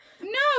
No